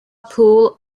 pool